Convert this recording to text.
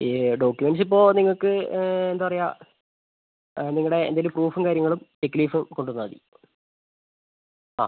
ഈ ഡോക്യുമെന്റ്സ് ഇപ്പോൾ നിങ്ങൾക്ക് എന്താണ് പറയുക നിങ്ങളുടെ എന്തെങ്കിലും പ്രൂഫും കാര്യങ്ങളും ചെക്ക് ലീഫ് കൊണ്ടുവന്നാൽ മതി ആ